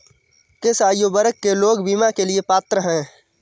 किस आयु वर्ग के लोग बीमा के लिए पात्र हैं?